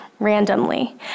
randomly